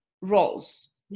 roles